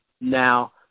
Now